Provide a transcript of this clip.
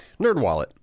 NerdWallet